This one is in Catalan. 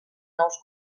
nous